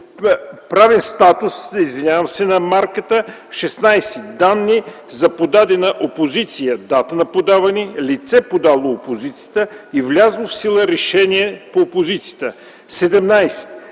правен статус на марката; 16. данни за подадена опозиция – дата на подаване, лице, подало опозицията, и влязло в сила решение по опозицията; 17.